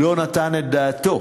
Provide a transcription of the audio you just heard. לא נתן את דעתו